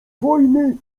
wojny